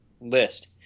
list